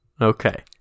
okay